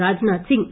Rajnath Singh